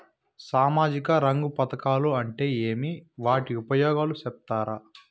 సామాజిక రంగ పథకాలు అంటే ఏమి? వాటి ఉపయోగాలు సెప్తారా?